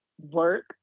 work